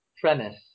premise